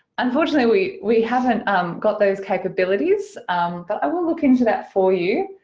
unfortunately we, we haven't um got those capabilities but i will look into that for you.